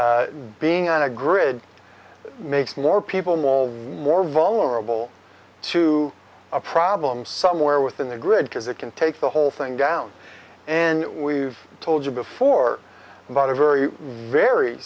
being on a grid makes more people mall more vulnerable to a problem somewhere within the grid because it can take the whole thing down and we've told you before about a very very